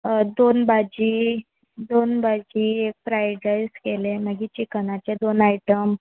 हय दोन भाजी दोन भाजी एक फ्रायड रायस केले मागीर चिकनाचें दोन आयटम